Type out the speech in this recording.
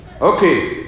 Okay